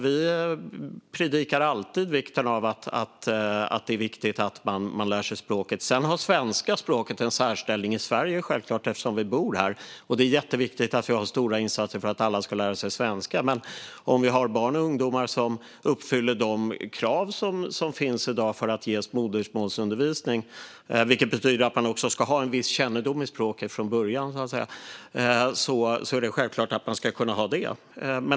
Vi predikar alltid vikten av att man lär sig språket. Det svenska språket har självklart en särställning i Sverige, eftersom vi bor här, och det är jätteviktigt att vi har stora insatser för att alla ska lära sig svenska. Men om vi har barn och ungdomar som uppfyller de krav som finns i dag för att ges modersmålsundervisning, vilket betyder att man ska ha en viss kännedom om språket från början, är det självklart att de ska kunna ha det.